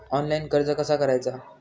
Online कर्ज कसा करायचा?